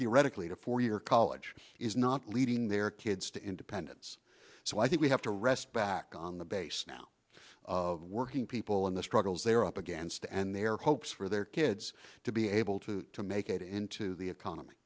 theoretically to four year college is not leaving their kids to independence so i think we have to wrest back on the base now working people in the struggles they're up against and their hopes for their kids to be able to make it into the economy